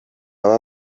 aba